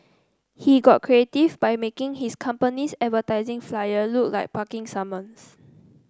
he got creative by making his company's advertising flyer look like a parking summons